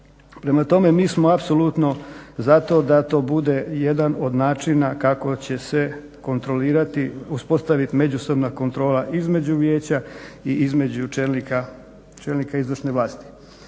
Prema tome, mi smo apsolutno za to da to bude i jedan od načina kako će se kontrolirati, uspostaviti međusobna kontrola između vijeća i između čelnika izvršne vlasti.